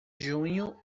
junho